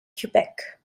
quebec